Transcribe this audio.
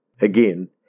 again